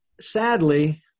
Sadly